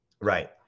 Right